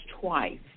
twice